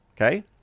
Okay